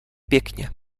pěkně